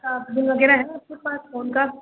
इसका बिल वगैरह है आपके पास फ़ोन का